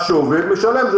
מה שעובד משלם.